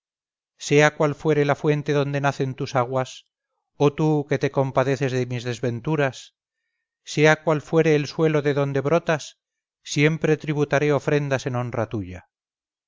sea cual fuere la fuente donde nacen tus aguas oh tú que te compadeces de mis desventuras sea cual fuere el suelo de donde brotas siempre tributaré ofrendas en honra tuya